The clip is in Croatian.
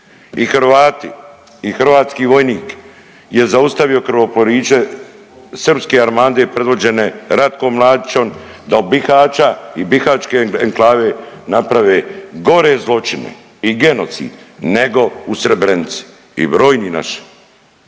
I Hrvati i hrvatski vojnik je zaustavio krvoproliće srpske armande predvođene Ratkom Mladićom da od Bihaća i bihaćke enklave naprave gore zločine i genocid nego u Srebrenici i brojni naši